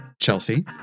Chelsea